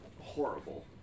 horrible